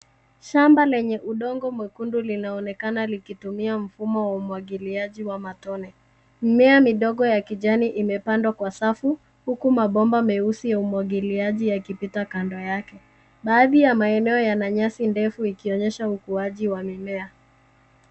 Shamba lenye udongo mwekundu linaonekana likitumia mfumo wa umwagiliaji wa matone. Mimea midogo ya kijani imepandwa kwa safu huku mabomba meusi ya umwagiliaji yakipita kando yake. Baadhi ya maeneo yana nyasi ndefu ikionyesha ukuaji wa mimea.